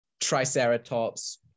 triceratops